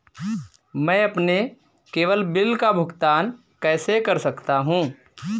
मैं अपने केवल बिल का भुगतान कैसे कर सकता हूँ?